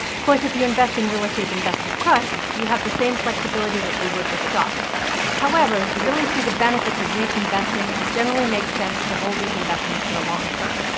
of course, if you invest in real estate investment trusts, you have the same flexibility that you would with stocks however, to really see the benefits of reit investing, it generally makes sense to hold these investments for the long term.